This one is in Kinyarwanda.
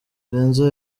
benzo